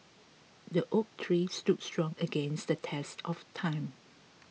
the oak tree stood strong against the test of time